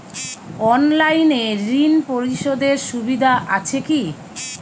অনলাইনে ঋণ পরিশধের সুবিধা আছে কি?